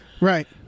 Right